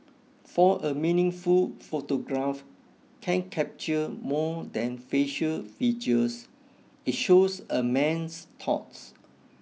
for a meaningful photograph can capture more than facial features it shows a man's thoughts